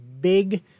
big